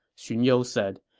xun you said.